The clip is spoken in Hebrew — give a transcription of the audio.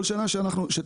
כל שנה שתעבור,